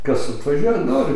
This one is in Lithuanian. kas atvažiuoja nori